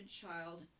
child